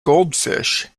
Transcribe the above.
goldfish